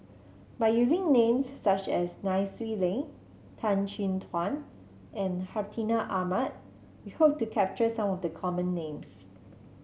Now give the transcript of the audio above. by using names such as Nai Swee Leng Tan Chin Tuan and Hartinah Ahmad we hope to capture some of the common names